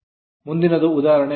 ಮುಂದಿನದು ಉದಾಹರಣೆ 6